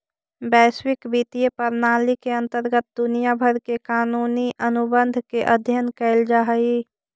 वैश्विक वित्तीय प्रणाली के अंतर्गत दुनिया भर के कानूनी अनुबंध के अध्ययन कैल जा हई